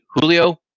Julio